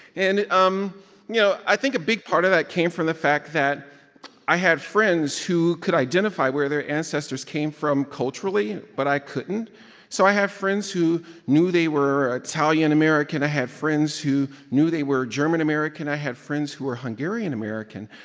and, you um know, i think a big part of that came from the fact that i had friends who could identify where their ancestors came from culturally. but i couldn't so i have friends who knew they were ah italian-american. i had friends who knew they were german-american. i had friends who were hungarian-american.